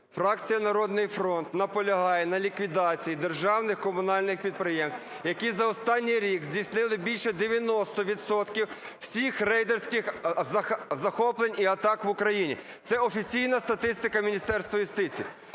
Фракція "Народний фронт" наполягає на ліквідації державних комунальних підприємств, які за останній рік здійснили більше 90 відсотків всіх рейдерських захоплень і атак в Україні. Це офіційна статистика Міністерства юстиції.